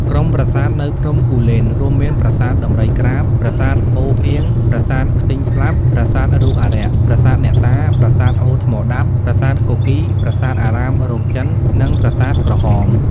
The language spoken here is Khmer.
ក្រុមប្រាសាទនៅភ្នំគូលែន រួមមាន ប្រាសាទដំរីក្រាប ប្រាសាទអូរផ្អៀង ប្រាសាទខ្ទីងស្លាប់ ប្រាសាទរូបអារក្ស ប្រាសាទអ្នកតា ប្រាសាទអូរថ្មដាប់ ប្រាសាទគគីរ ប្រាសាទអារាមរោងចិន និងប្រាសាទក្រហម។